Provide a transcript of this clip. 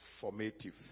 formative